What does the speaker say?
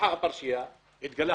כשפוצחה הפרשייה, הכול התגלה.